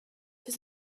his